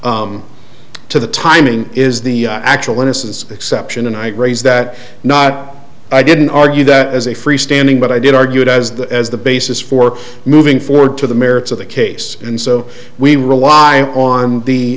the timing is the actual innocence exception and i raise that not i didn't argue that as a freestanding but i did argue does that as the basis for moving forward to the merits of the case and so we rely on the